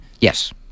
Yes